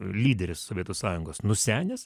lyderis sovietų sąjungos nusenęs